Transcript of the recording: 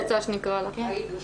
ונעקוב אחרי הלמידה